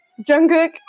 Jungkook